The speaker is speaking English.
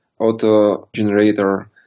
auto-generator